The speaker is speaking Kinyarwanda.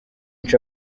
cha